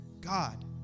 God